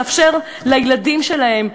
לאפשר לילדים שלהם.